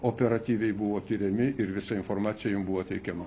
operatyviai buvo tiriami ir visa informacija jum buvo teikiama